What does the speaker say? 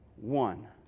one